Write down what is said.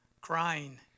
Crying